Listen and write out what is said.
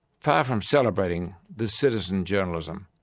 far from celebrating this citizen journalism,